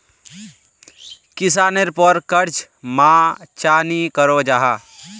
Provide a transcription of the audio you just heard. किसानेर पोर कर्ज माप चाँ नी करो जाहा?